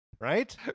Right